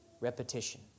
repetition